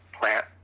plant